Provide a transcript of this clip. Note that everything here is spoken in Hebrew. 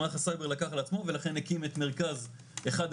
שמערך הסייבר לקח על עצמו ולכן הקים את מרכז 119,